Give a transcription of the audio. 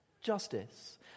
justice